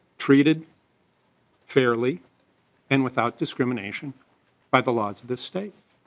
treated fairly and without dissemination by the laws of the state.